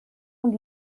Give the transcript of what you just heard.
und